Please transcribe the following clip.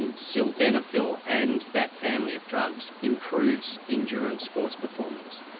and sildenafil and that family of drugs improves endurance sports performance.